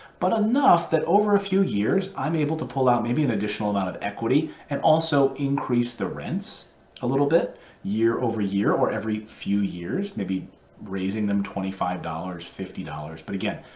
but enough, that over a few years, i'm able to pull out maybe an additional amount of equity and also increase the rents a little bit year over year or every few years, maybe raising them twenty five dollars, fifty. but again,